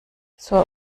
zur